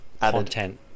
content